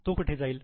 तो कुठे जाईल